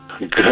Good